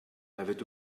avait